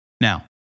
Now